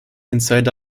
inside